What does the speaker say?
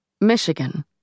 Michigan